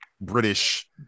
british